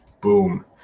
boom